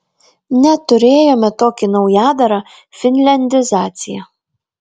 net turėjome tokį naujadarą finliandizacija